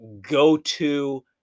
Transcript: go-to